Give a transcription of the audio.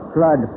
Flood